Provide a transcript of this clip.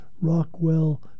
Rockwell